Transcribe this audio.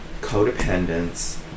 codependence